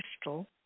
crystal